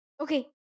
Okay